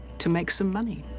to make some money.